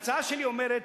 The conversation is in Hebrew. ההצעה שלי אומרת,